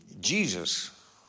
Jesus